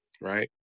Right